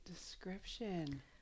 description